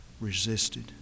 resisted